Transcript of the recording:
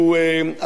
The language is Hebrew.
מיכאל בן-ארי,